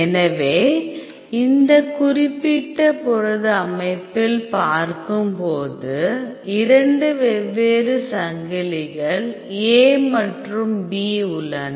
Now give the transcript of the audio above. எனவே இந்த குறிப்பிட்ட புரத அமைப்பில் பார்க்கும் போது இரண்டு வெவ்வேறு சங்கிலிகள் a மற்றும் b உள்ளன